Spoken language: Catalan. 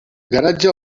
garatge